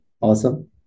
awesome